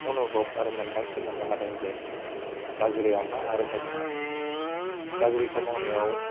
उनुभब आरो मोन्दांथि मोननो हादों जे गाज्रिया मा आरो मोजाङा मा गाज्रिखौ मावनायाव